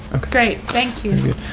okay, thank you.